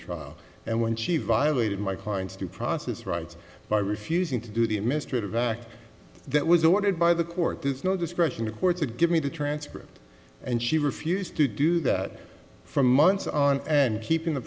trial and when she violated my client's due process rights by refusing to do the administrative act that was ordered by the court there is no discretion the court to give me the transcript and she refused to do that for months on end keeping the